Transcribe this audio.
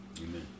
Amen